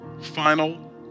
Final